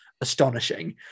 astonishing